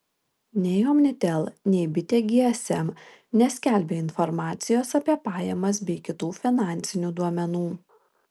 nei omnitel nei bitė gsm neskelbia informacijos apie pajamas bei kitų finansinių duomenų